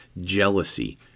Jealousy